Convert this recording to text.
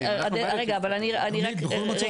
רגע, אני רק --- בכל מצב.